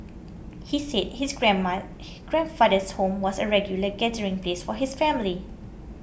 he said his grandma grandfather's home was a regular gathering place for his family